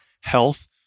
health